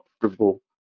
comfortable